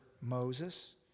Moses